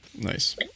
Nice